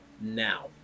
now